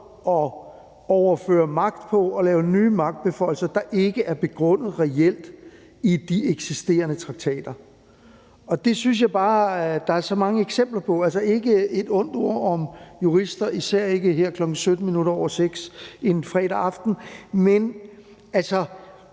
at overføre magt og lave nye magtbeføjelser på, der ikke er begrundet reelt i de eksisterende traktater. Det synes jeg bare at der er så mange eksempler på. Altså, ikke et ondt ord om jurister, især ikke her kl. 18.17 en fredag aften, men jeg